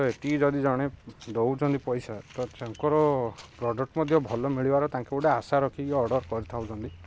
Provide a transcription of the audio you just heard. ତ ଏତେ ଯଦି ଜଣେ ଦେଉଛନ୍ତି ପଇସା ତ ତାଙ୍କର ପ୍ରଡ଼କ୍ଟ ମଧ୍ୟ ଭଲ ମିଳିବାର ତାଙ୍କୁ ଗୋଟେ ଆଶା ରଖିକି ଅର୍ଡ଼ର୍ କରିଥାଉଛନ୍ତି